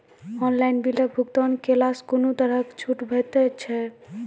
Online बिलक भुगतान केलासॅ कुनू तरहक छूट भेटै छै?